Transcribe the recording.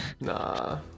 Nah